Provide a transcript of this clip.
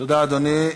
תודה, אדוני.